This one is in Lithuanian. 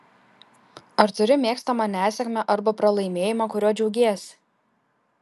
ar turi mėgstamą nesėkmę arba pralaimėjimą kuriuo džiaugiesi